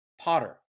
Potter